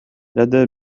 لدى